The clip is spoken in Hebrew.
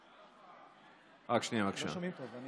לא שומעים טוב.